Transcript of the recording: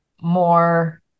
more